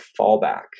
fallback